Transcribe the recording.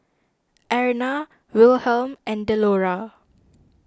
Erna Wilhelm and Delora